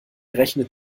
rechnet